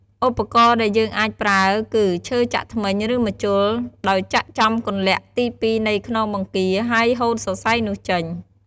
ឧបករណ៍៍ដែលយើងអាចប្រើគឺឈើចាក់ធ្មេញ ឬ ម្ជុល ដោយចាក់ចំគន្លាក់ទីពីរនៃខ្នងបង្គា ហើយហូតសរសៃនោះចេញ។